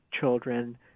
children